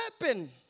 weapon